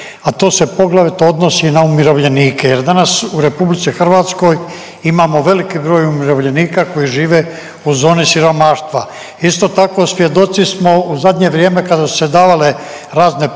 a to se poglavito odnosi na umirovljenike jer danas u RH imamo veliki broj umirovljenika koji žive u zoni siromaštva. Isto tako svjedoci smo u zadnje vrijeme kada su se davale razne potpore